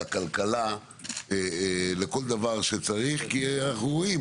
לכלכלה ולכול דבר שצריך כי אנחנו רואים,